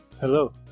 Hello